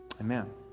Amen